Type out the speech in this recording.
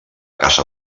casa